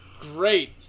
Great